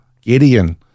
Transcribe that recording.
Gideon